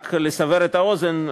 רק לסבר את האוזן,